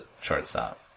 shortstop